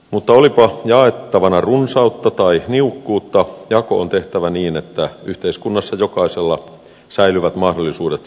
mutta olipa jaettavana runsautta tai niukkuutta jako on tehtävä niin että yhteiskunnassa jokaisella säilyvät mahdollisuudet hyvään elämään